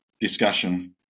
discussion